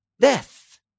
death